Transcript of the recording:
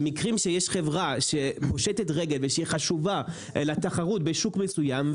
במקרים שיש חברה שהיא פושטת רגל והיא חשובה לתחרות בשוק מסוים,